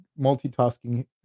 multitasking